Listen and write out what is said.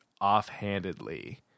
offhandedly